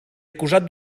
acusat